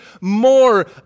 more